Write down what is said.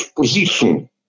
position